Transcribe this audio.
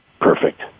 Perfect